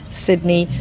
sydney,